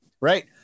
right